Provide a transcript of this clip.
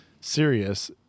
serious